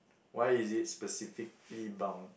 why is it specifically bound